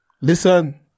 listen